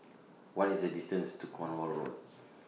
What IS The distance to Cornwall Road